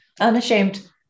unashamed